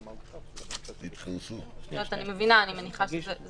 אני מבינה, אני מניחה שזה